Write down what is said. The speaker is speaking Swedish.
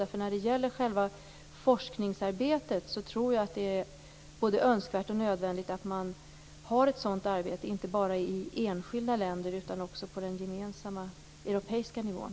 När det gäller själva forskningsarbetet tror jag att det är både önskvärt och nödvändigt att det görs ett sådant arbete, inte bara i enskilda länder utan också på den gemensamma europeiska nivån.